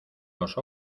los